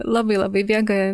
labai labai bėga